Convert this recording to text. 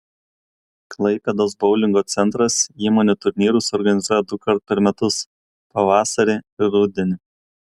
klaipėdos boulingo centras įmonių turnyrus organizuoja dukart per metus pavasarį ir rudenį